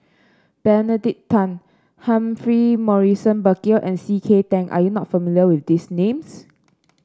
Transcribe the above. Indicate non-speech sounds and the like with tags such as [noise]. Benedict Tan Humphrey Morrison Burkill and C K Tang are you not familiar with these names [noise]